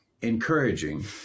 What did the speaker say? encouraging